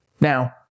Now